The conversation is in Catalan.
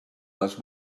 les